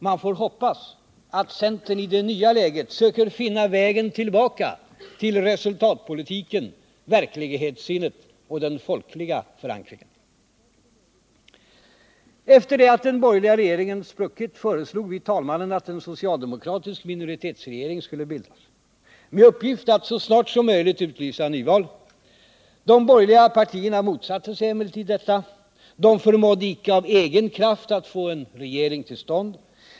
Man får hoppas att centern i det nya läget söker finna vägen tillbaka till resultatpolitiken, verklighetssinnet och den folkliga förankringen. Efter det att den borgerliga regeringen spruckit föreslog vi talmannen att en socialdemokratisk minoritetsregering skulle bildas, med uppgift att så snart som möjligt utlysa nyval. De borgerliga partierna motsatte sig emellertid detta. De förmådde inte av egen kraft att få en regering till stånd.